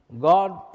God